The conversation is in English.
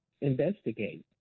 investigate